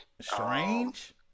Strange